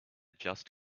just